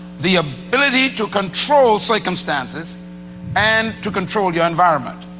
the ability to control circumstances and to control your environment.